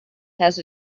has